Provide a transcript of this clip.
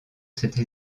cette